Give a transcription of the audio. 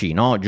no